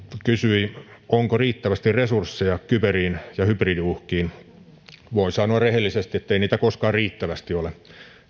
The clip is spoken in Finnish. kysyi onko riittävästi resursseja kyberiin ja hybridiuhkiin voin sanoa rehellisesti ettei niitä koskaan riittävästi ole